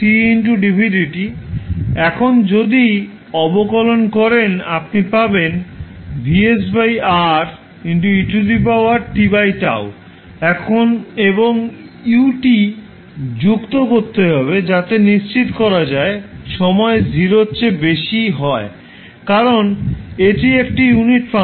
এখন আপনি যদি অবকলন করেন আপনি পাবেন এবং u যুক্ত করতে হবে যাতে নিশ্চিত করা যায় সময় 0 এর চেয়ে বেশি হয় কারণ এটি একটি ইউনিট ফাংশন